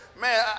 man